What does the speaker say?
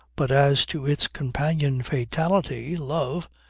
but as to its companion fatality love,